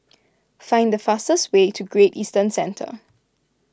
find the fastest way to Great Eastern Centre